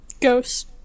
Ghost